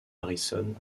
harrison